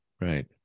right